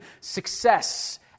success